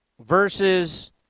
versus